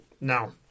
No